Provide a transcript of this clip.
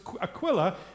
Aquila